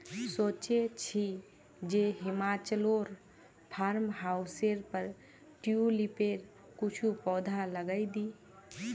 सोचे छि जे हिमाचलोर फार्म हाउसेर पर ट्यूलिपेर कुछू पौधा लगइ दी